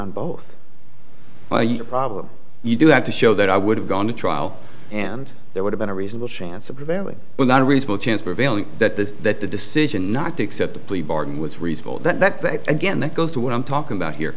on both problem you do have to show that i would have gone to trial and there would've been a reasonable chance of prevailing without a reasonable chance prevailing that this that the decision not to accept the plea bargain was reasonable that that again that goes to what i'm talking about here